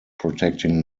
protecting